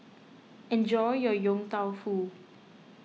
enjoy your Yong Tau Foo